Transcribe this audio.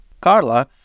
Carla